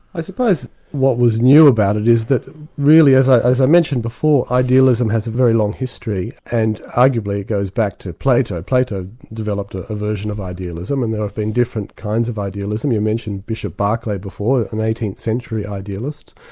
i suppose what was new about it is that really as i mentioned before, idealism has a very long history, and arguably it goes back to plato. plato developed ah a version of idealism, and there have been different kinds of idealism. we yeah mentioned bishop berkeley before, an eighteenth century idealist.